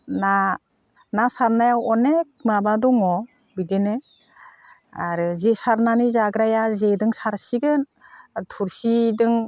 ना सारनायाव अनेक माबा दङ बिदिनो आरो जे सारनानै जाग्राया जेजों सारसिगोन थोरसिजों